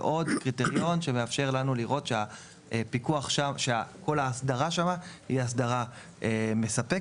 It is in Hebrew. שזה עוד קריטריון שמאפשר לנו לראות שכל האסדרה שם היא אסדרה מספקת,